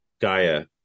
Gaia